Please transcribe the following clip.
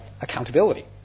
accountability